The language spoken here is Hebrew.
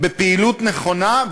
בפעילות נכונה,